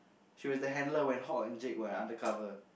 she was the handler when Hock and Jake were undercover